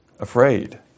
Afraid